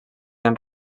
han